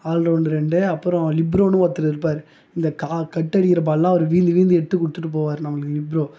ஆள் ரௌண்டு ரெண்டு அப்புறம் லிப்ரோன்னு ஒருத்தர் இருப்பார் இந்த கா கட்டடிக்குற பால்லாம் அவரு வீழ்ந்து வீழ்ந்து எடுத்து கொடுத்துட்டு போவாரு நம்மளுக்கு லிப்ரோ